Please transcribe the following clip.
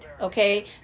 okay